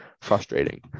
frustrating